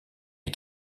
les